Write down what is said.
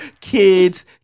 kids